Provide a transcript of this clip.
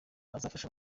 azafasha